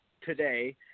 today